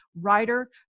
writer